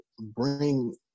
bring